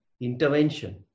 intervention